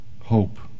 hope